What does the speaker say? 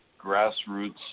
grassroots